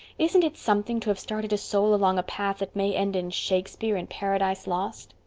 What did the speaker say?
isn't it something to have started a soul along a path that may end in shakespeare and paradise lost?